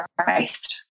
Christ